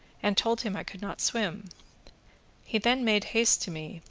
and told him i could not swim he then made haste to me,